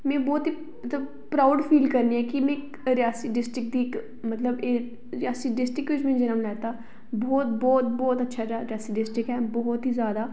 में बहुत ही प्राउड फील करनी आं कि मी रियासी डिस्ट्रिक्ट दी इक मतलब कि रियासी डिस्ट्रिक्ट बिच जन्म लैता बहुत बहुत अच्छा ऐ रियासी डिस्ट्रिक्ट ऐ बहुत ही ज्यादा